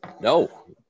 No